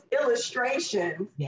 illustrations